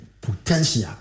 potential